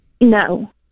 no